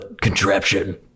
contraption